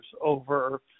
over